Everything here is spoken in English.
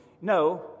no